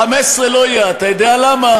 15. לא, 15 לא יהיה, אתה יודע למה?